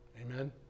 Amen